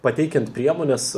pateikiant priemones